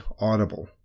Audible